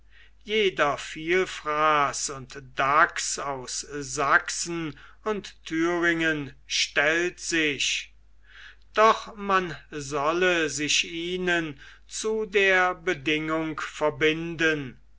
jeder vielfraß und dachs aus sachsen und thüringen stellt sich doch man solle sich ihnen zu der bedingung verbinden